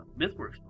MythWorks